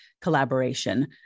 collaboration